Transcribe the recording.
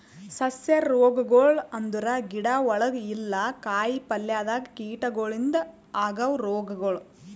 ಸಸ್ಯ ರೋಗಗೊಳ್ ಅಂದುರ್ ಗಿಡ ಒಳಗ ಇಲ್ಲಾ ಕಾಯಿ ಪಲ್ಯದಾಗ್ ಕೀಟಗೊಳಿಂದ್ ಆಗವ್ ರೋಗಗೊಳ್